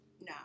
No